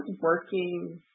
working